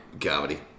Comedy